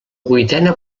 vuitena